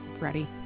ready